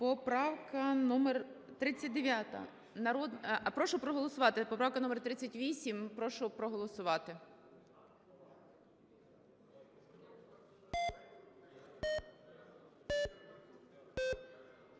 Поправка номер 38. Прошу проголосувати.